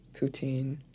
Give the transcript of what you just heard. Poutine